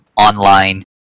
online